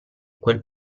quel